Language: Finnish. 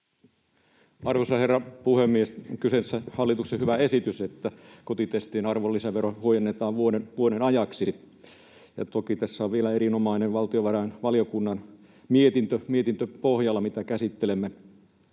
Arvoisa herra puhemies! Kyseessä on hallituksen hyvä esitys, että kotitestien arvonlisäveroa huojennetaan vuoden ajaksi. Toki tässä on vielä pohjalla erinomainen valtiovarainvaliokunnan mietintö, mitä käsittelemme.